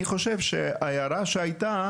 אני חושב שההערה שהייתה,